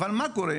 אבל מה קורה?